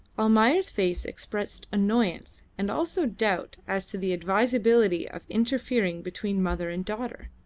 almayer's face expressed annoyance and also doubt as to the advisability of interfering between mother and daughter.